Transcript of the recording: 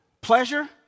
pleasure